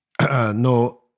No